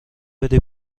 بدی